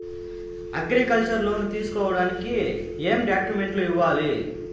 Agriculture loan తీసుకోడానికి ఏం డాక్యుమెంట్లు ఇయ్యాలి?